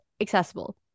accessible